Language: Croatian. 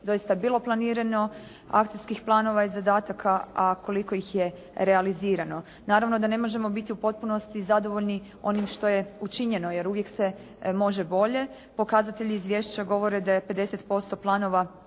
doista bilo planirano akcijskih planova i zadataka, a koliko ih je realizirano. Naravno da ne možemo biti u potpunosti zadovoljni onim što je učinjeno jer uvijek se može bolje. Pokazatelji izvješća govore da je 50% planova